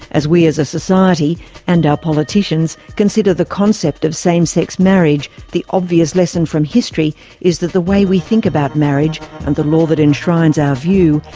as we as a society and our politicians consider the concept of same-sex marriage, the obvious lesson from history is that the way we think about marriage and the law that enshrines our view,